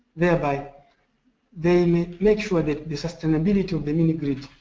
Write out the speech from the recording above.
thereby they make make sure the the sustainability of the mini grid